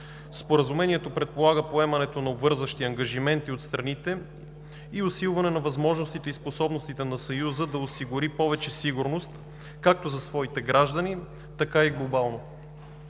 Споразумението предполага поемането на обвързващи ангажименти от страните и усилване на възможностите и способностите на Съюза да осигури повече сигурност както за своите граждани, така и глобално.